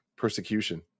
Persecution